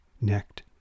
necked